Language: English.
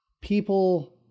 people